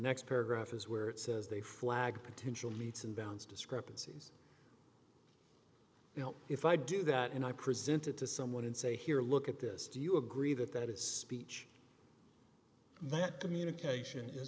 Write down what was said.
next paragraph is where it says they flagged potential meets and bounds discrepancies you know if i do that and i presented to someone and say here look at this do you agree that that is speech that communication i